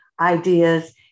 ideas